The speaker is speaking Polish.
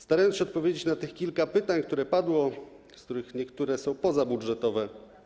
Starając się odpowiedzieć na tych kilka pytań, które padły, z których niektóre są pozabudżetowe.